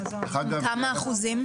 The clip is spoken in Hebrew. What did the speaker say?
כמה אחוזים?